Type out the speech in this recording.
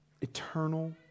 eternal